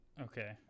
Okay